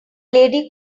lady